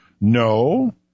No